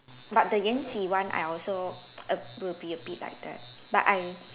but Yanxi one I also err will be a bit like that but I